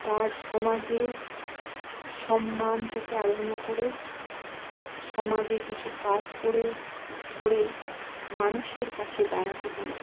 তার সমাজে সম্মান থেকে আরম্ভ করে সমাজে কিছু কাজ করে করে মানুষের পাশে দাঁড়াতে পারে